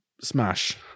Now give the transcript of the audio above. smash